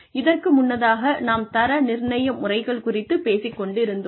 இதற்கு முன்னதாக நாம் தர நிர்ணய முறைகள் குறித்துப் பேசிக் கொண்டிருந்தோம்